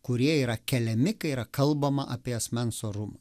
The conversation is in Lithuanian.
kurie yra keliami kai yra kalbama apie asmens orumą